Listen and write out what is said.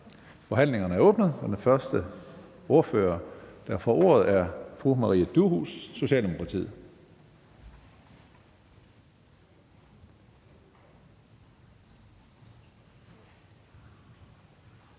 Forhandlingen er åbnet. Den første ordfører, der får ordet, er fru Maria Durhuus, Socialdemokratiet.